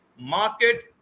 market